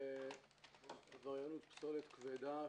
עבריינות פסולת כבדה,